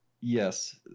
yes